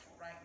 right